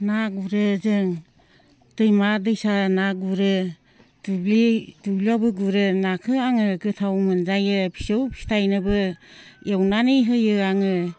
ना गुरो जों दैमा दैसा ना गुरो दुब्लियावबो गुरो नाखौ आङो गोथाव मोनजायो फिसौ फिथाइनोबो एवनानै होयो आङो